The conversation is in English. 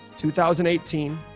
2018